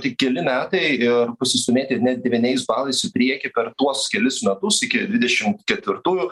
tik keli metai ir pasistūmėti ir net devyniais balais į priekį per tuos kelis metus iki dvidešimt ketvirtųjų